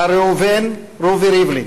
מר ראובן רובי ריבלין,